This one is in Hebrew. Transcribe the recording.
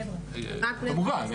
כמובן,